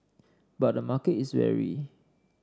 but the market is wary